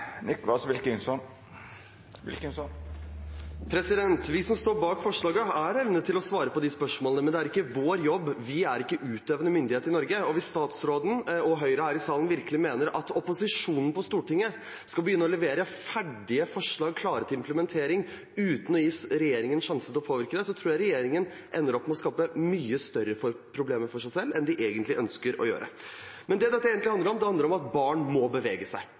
svare på. Vi som står bak forslaget, har evne til å svare på de spørsmålene, men det er ikke vår jobb. Vi er ikke utøvende myndighet i Norge, og hvis statsråden og Høyre her i salen virkelig mener at opposisjonen på Stortinget skal begynne å levere ferdige forslag klare til implementering, uten å gi regjeringen en sjanse til å påvirke dem, tror jeg regjeringen ender opp med å skape mye større problemer for seg selv enn de egentlig ønsker å gjøre. Det det egentlig handler om, er at barn må bevege seg.